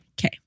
Okay